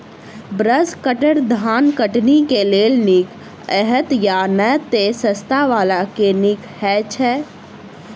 Brush cutter धान कटनी केँ लेल नीक हएत या नै तऽ सस्ता वला केँ नीक हय छै?